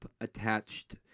attached